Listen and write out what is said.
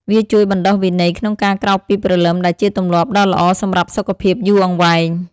វាជួយបណ្ដុះវិន័យក្នុងការក្រោកពីព្រលឹម ដែលជាទម្លាប់ដ៏ល្អសម្រាប់សុខភាពយូរអង្វែង។